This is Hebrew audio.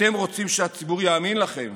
אתם רוצים שהציבור יאמין לכם